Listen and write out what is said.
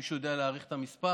מישהו יודע להעריך את המספר?